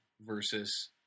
versus